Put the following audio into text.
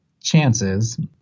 chances